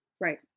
right